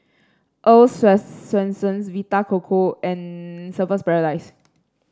Earl's Swensens Vita Coco and Surfer's Paradise